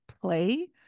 play